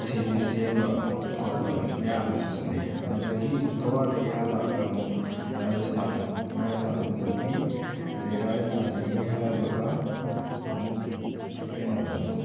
ꯁꯤ ꯕꯤꯁ ꯌꯦꯡꯕ ꯈꯣꯠꯄ ꯃꯌꯥꯝ ꯑꯃꯁꯨ ꯆꯠꯂꯦ ꯑꯗꯨꯗꯒꯤ ꯒꯋꯥꯗꯒꯤ ꯍꯜꯂꯛꯑꯒ ꯑꯃꯨꯛ ꯔꯥꯖꯁꯊꯥꯟ ꯔꯥꯖꯁꯊꯥꯟꯗ ꯑꯃꯨꯛ ꯆꯠꯈꯤ ꯑꯗꯩ ꯔꯥꯖꯁꯊꯥꯟꯗꯒꯤ ꯍꯜꯂꯛꯂꯒ ꯑꯃꯨꯛ ꯀꯩꯅꯣꯗ ꯑꯃꯨꯛ